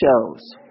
shows